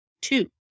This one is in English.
two